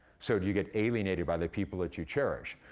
so do you get alienated by the people that you cherish?